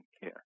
care